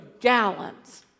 gallons